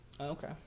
Okay